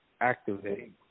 activate